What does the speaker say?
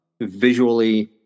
visually